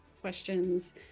questions